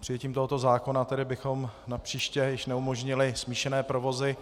Přijetím tohoto zákona bychom napříště již neumožnili smíšené provozy